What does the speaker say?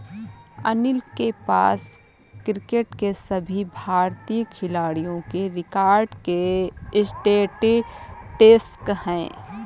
अनिल के पास क्रिकेट के सभी भारतीय खिलाडियों के रिकॉर्ड के स्टेटिस्टिक्स है